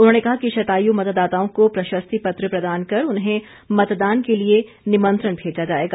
उन्होंने कहा कि शतायु मतदाताओं को प्रशस्ति पत्र प्रदान कर उन्हें मतदान के लिए निमंत्रण भेजा जाएगा